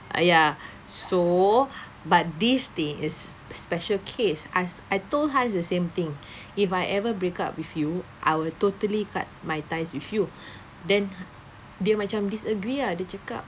ya so but this thing is special case as~ I told Hans the same thing if I ever break up with you I will totally cut my ties with you then dia macam disagree ah dia cakap